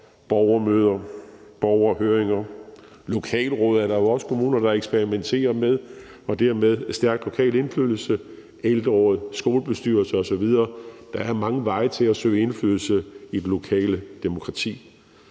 borgermøder og borgerhøringer og lokalråd, som der jo også er kommuner der eksperimenterer med, hvor man dermed har stærk lokal indflydelse i form af ældreråd, skolebestyrelser osv. Der er mange veje til at søge indflydelse i det lokale demokrati.